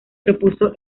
propuso